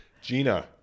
Gina